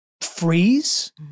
freeze